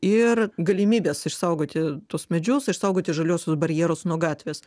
ir galimybės išsaugoti tuos medžius išsaugoti žaliuosius barjerus nuo gatvės